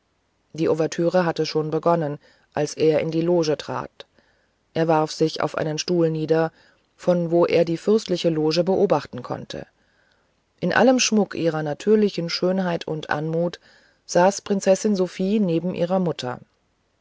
die ouvertüre hatte schon begonnen als er in die loge trat er warf sich auf einen stuhl nieder von wo er die fürstliche loge beobachten konnte in allem schmuck ihrer natürlichen schönheit und anmut saß prinzessin sophie neben ihrer mutter